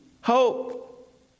hope